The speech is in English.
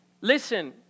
Listen